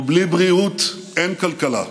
ובלי בריאות אין כלכלה.